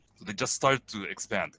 they just start to expand